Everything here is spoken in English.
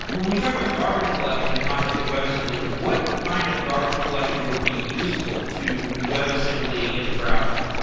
when we talk about garbage collection, the context of webassembly, what kind of garbage collection would be useful to webassembly in the browser?